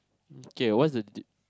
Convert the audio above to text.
okay what's the di~